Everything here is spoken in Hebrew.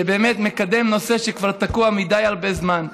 שבאמת מקדם נושא שכבר תקוע הרבה מדי זמן,